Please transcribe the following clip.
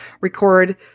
record